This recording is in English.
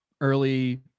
early